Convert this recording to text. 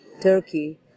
Turkey